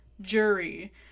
jury